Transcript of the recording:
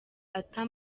ata